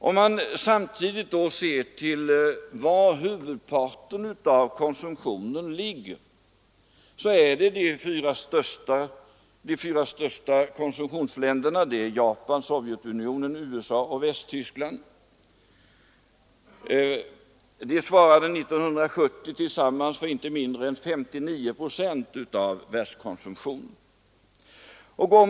Om man samtidigt ser till var huvudparten av konsumtionen ligger, finner man att de fyra största konsumtionsländerna — Japan, Sovjetunionen, USA och Västtyskland — tillsammans svarade för inte mindre än 59 procent av världskonsumtionen år 1970.